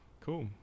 Cool